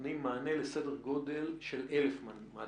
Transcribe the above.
נותנים מענה לסדר גודל של 1,000 ממ"דים.